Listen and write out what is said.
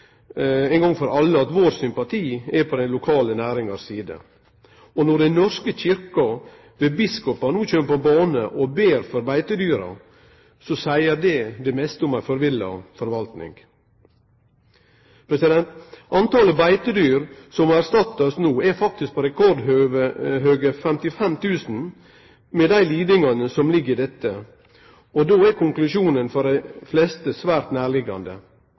ein gong for alle at vår sympati er på den lokale næringas side. Når Den norske kyrkja med biskopane no kjem på banen og ber for beitedyra, så seier det det meste om ei forvilla forvalting. Talet på beitedyr som må erstattast no, er faktisk på rekordhøge 55 000, med dei lidingane som ligg i dette. Då er konklusjonen for dei fleste svært